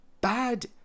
bad